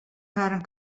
harren